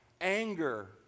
anger